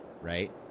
right